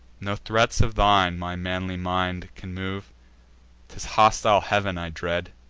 no threats of thine my manly mind can move t is hostile heav'n i dread,